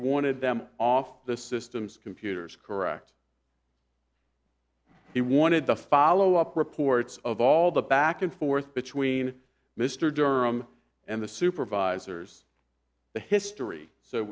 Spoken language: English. wanted them off the systems computers correct he wanted the follow up reports of all the back and forth between mr durham and the supervisors the history so